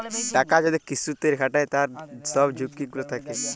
টাকা যদি কিসুতে খাটায় তার সব ঝুকি গুলা থাক্যে